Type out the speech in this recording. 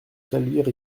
caluire